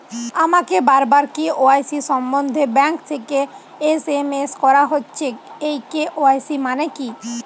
আমাকে বারবার কে.ওয়াই.সি সম্বন্ধে ব্যাংক থেকে এস.এম.এস করা হচ্ছে এই কে.ওয়াই.সি মানে কী?